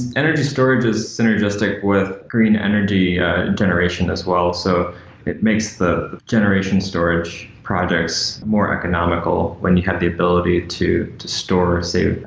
energy storage is synergistic with green energy in ah generation as well. so it makes the generation storage projects more economical when you have the ability to to store, say,